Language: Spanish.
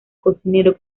cocinero